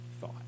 thought